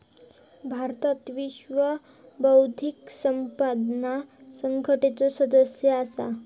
भारत विश्व बौध्दिक संपदा संघटनेचो सदस्य असा